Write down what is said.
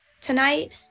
tonight